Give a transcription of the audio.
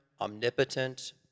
omnipotent